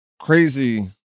crazy